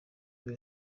buri